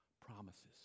promises